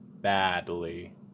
badly